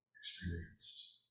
experienced